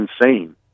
insane